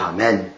Amen